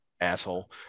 asshole